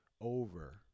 over